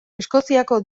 eskoziako